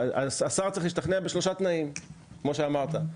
השר צריך להשתכנע בשלושה תנאים, כמו שאמרת.